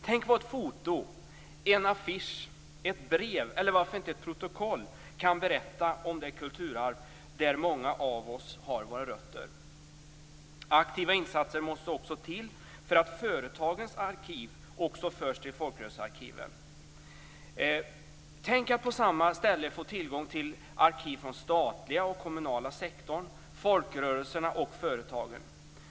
Tänk vad ett foto, en affisch, ett brev eller varför inte ett protokoll kan berätta om det kulturarv där många av oss har våra rötter! Aktiva insatser måste också till för att företagens arkiv också förs till folkrörelsearkiven. Tänk att på samma ställe få tillgång till arkiv från statliga och kommunala sektorn, folkrörelserna och företagen!